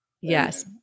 Yes